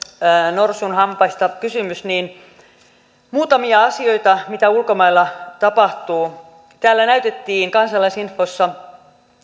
norsun hampaista kysymys niin tässä muutamia asioita mitä ulkomailla tapahtuu täällä näytettiin kansalaisinfossa